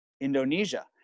indonesia